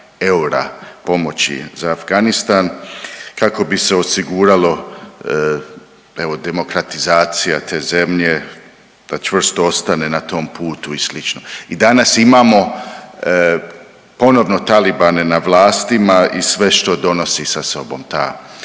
eura pomoći za Afganistan kako bi se osiguralo, evo, demokratizacija te zemlje da čvrsto ostane na tom putu i slično. I danas imamo ponovno talibane na vlastima i sve što donosi sa sobom ta